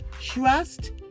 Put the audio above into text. Trust